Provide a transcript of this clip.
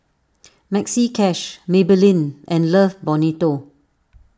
Maxi Cash Maybelline and Love Bonito